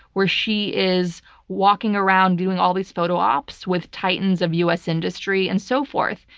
where she is walking around doing all these photo ops with titans of us industry and so forth.